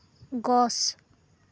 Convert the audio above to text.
গছ